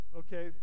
okay